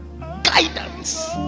Guidance